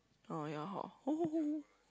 orh ya hor